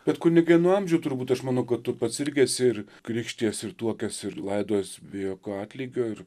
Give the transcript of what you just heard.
bet kunigai nuo amžių turbūt aš manau kad tu pats irgi esi ir krikštijęs ir tuokęs ir laidojęs be jokio atlygio ir